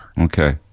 Okay